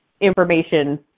information